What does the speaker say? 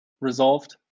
resolved